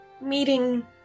meeting